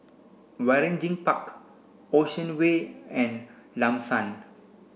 Waringin Park Ocean Way and Lam San